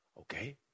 okay